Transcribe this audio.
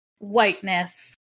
whiteness